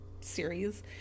series